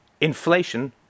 inflation